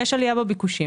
יש עלייה בביקושים,